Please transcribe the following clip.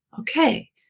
Okay